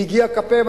מיגיע כפיהם.